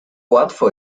łatwo